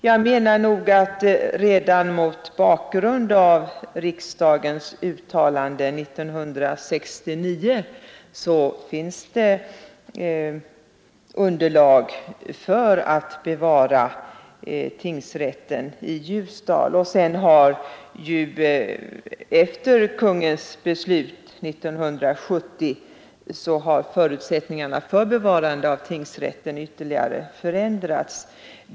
Jag menar nog att det redan mot bakgrund av riksdagens uttalande år 1969 finns underlag för att bevara tingsrätten i Ljusdal. Efter Kungl. Maj:ts beslut 1970 har förutsättningarna för bevarande av tingsrätten ytterligare förändrats.